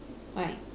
why